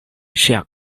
ŝia